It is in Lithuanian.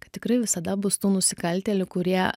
kad tikrai visada bus tų nusikaltėlių kurie